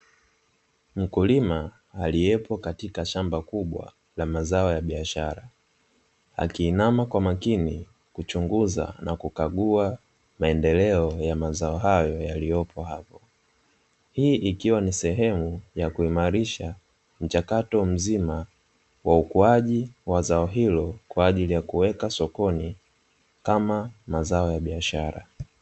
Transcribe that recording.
Mkulima aliyepo katika shamba kubwa la mazao ya biashara, akiinama kwa makini kuchunguza na kukagua maendeleo ya mazao hayo, yaliyopo hapo. Hii ikiwa ni sehemu ya kuimarisha mchakato mzima wa ukuaji wa zao hilo, kwa ajili ya kuweka sokoni kama mazao ya baishara.